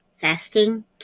fasting